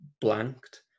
blanked